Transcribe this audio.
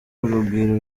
urugwiro